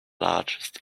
largest